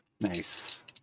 nice